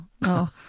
no